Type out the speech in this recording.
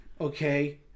okay